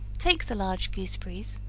take the large gooseberries,